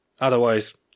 Otherwise